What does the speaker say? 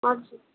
हजुर